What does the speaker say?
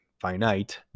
finite